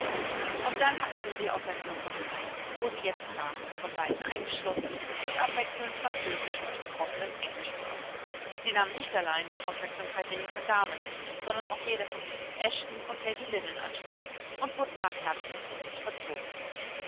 und dann hatten sie sie auf ein sofa genommen wo sie jetzt saß von beiden eingeschlossen und abwechselnd französisch und gebrochenes englisch sprach sie nahm nicht allein die aufmerksamkeit der jungen damen sondern auch jene von mrs eshton und lady lynn in anspruch und wurde nach herzenslust verzogen